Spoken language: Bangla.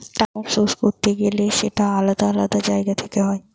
টাকার সোর্স করতে গেলে সেটা আলাদা আলাদা জায়গা থেকে হয়